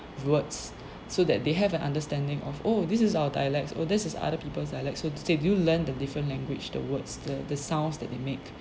words so that they have an understanding of oh this is our dialects oh that is other people's dialects so to say you learn the different language the words the the sounds that they make